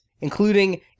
including